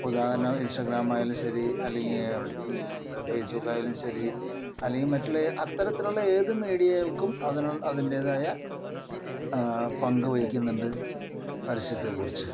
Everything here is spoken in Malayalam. ഇപ്പോൾ ഉദാഹരണം ഇൻസ്റ്റാഗ്രാം ആയാലും ശരി അല്ലെങ്കിൽ ഫേസ്ബുക്ക് ആയാലും ശരി അല്ലെങ്കിൽ മറ്റുള്ള അത്തരത്തിലുള്ള ഏത് മീഡിയകൾക്കും അതിനുള്ള അതിൻ്റെതായ പങ്ക് വഹിക്കുന്നുണ്ട് പരസ്യത്തെക്കുറിച്ച്